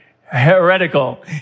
heretical